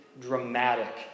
dramatic